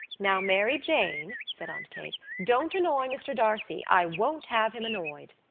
now, mary jane, said aunt kate, don't annoy mr. d'arcy. i won't have him annoyed.